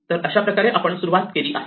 तर अशाप्रकारे आपण सुरुवात केली आहे